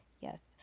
yes